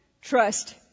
trust